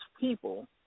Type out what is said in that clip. people –